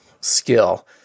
skill